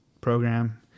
program